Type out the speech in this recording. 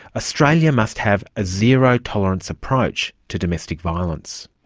australia must have a zero tolerance approach to domestic violence.